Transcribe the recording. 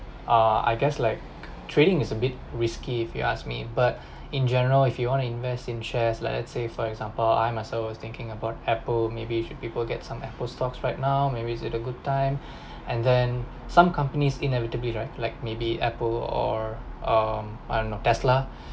uh I guess like trading is a bit risky if you ask me but in general if you want to invest in shares like let's say for example I myself ways thinking about Apple maybe you should people get some Apple stocks right now maybe is it a good time and then some companies inevitably right like maybe Apple or um I don't know Tesla